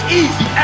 easy